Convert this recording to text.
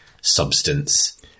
substance